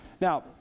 Now